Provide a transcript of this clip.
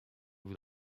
vous